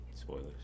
spoilers